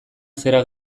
zera